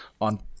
On